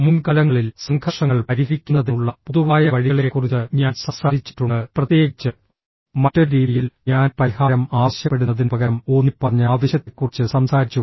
മുൻകാലങ്ങളിൽ സംഘർഷങ്ങൾ പരിഹരിക്കുന്നതിനുള്ള പൊതുവായ വഴികളെക്കുറിച്ച് ഞാൻ സംസാരിച്ചിട്ടുണ്ട് പ്രത്യേകിച്ച് മറ്റൊരു രീതിയിൽ ഞാൻ പരിഹാരം ആവശ്യപ്പെടുന്നതിനുപകരം ഊന്നിപ്പറഞ്ഞ ആവശ്യത്തെക്കുറിച്ച് സംസാരിച്ചു